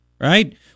Right